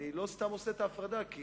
אני לא סתם עושה את ההפרדה, כי